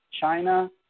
China